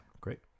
Great